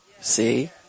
see